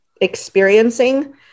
experiencing